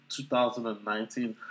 2019